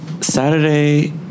Saturday